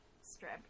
strip